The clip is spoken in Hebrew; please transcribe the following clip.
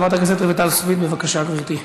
חברת הכנסת רויטל סויד, בבקשה, גברתי.